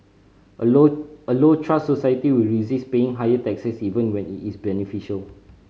a low a low trust society will resist paying higher taxes even when it is beneficial